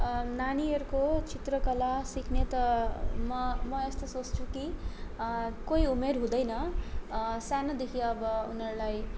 नानीहरूको चित्रकला सिक्ने त म म यस्तो सोच्छु कि कोही उमेर हुँदैन सानोदेखि अब उनीहरूलाई